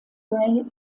grey